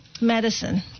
medicine